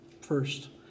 first